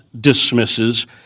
dismisses